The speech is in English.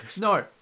No